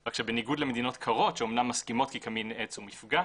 רק שבניגוד למדינות קרות שאומנם מסכימות כי קמין עת הוא מפגע,